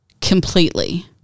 completely